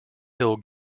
hill